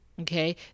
Okay